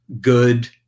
good